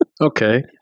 Okay